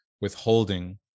withholding